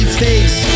face